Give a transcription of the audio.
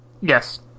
Yes